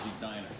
diner